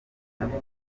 nabyo